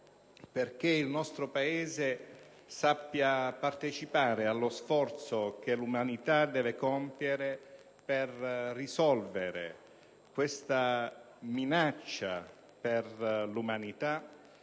affinché il nostro Paese sappia partecipare allo sforzo che l'umanità deve compiere per risolvere la minaccia, che grava sull'umanità